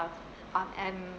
of um